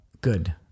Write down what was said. Good